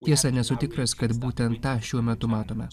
tiesa nesu tikras kad būtent tą šiuo metu matome